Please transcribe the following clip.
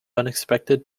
unexpected